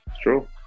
true